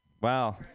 Wow